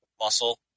muscle